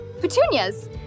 Petunias